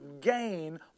gain